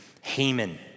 Haman